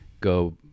Go